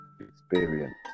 experience